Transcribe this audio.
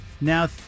Now